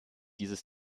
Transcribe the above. dieses